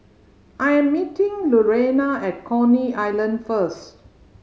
I am meeting Lurena at Coney Island first